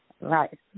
right